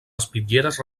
espitlleres